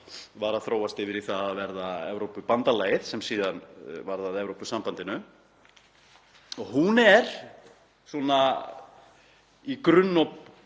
var að þróast yfir í það að verða Evrópubandalagið sem síðan varð að Evrópusambandinu. Hún er svona í grunninn,